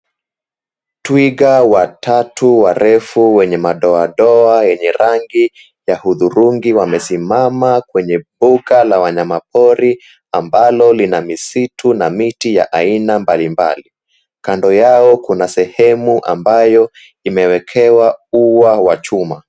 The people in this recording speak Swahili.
Twiga watatu warefu wenye madoadoa yenye rangi ya hudhurungi wamesimama kwenye mbuga la wanyamapori ambalo lina misitu na miti ya aina mbalimbali. Kando yao kuna sehemu ambayo imewekewa ua wa chuma.